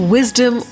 Wisdom